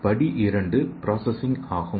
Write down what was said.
படி 2 ப்ராசசிங் ஆகும்